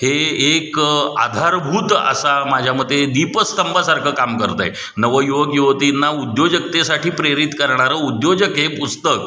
हे एक आधारभूत असा माझ्यामते दीपस्तंभासारखं काम करतं आहे नवयुवक युवतींना उद्योजकतेसाठी प्रेरित करणारं उद्योजक हे पुस्तक